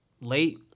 late